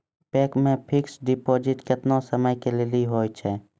Bank मे fixed deposit केतना समय के लेली होय छै?